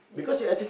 yes